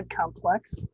complex